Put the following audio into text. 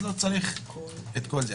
אז לא צריך את כל זה,